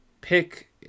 pick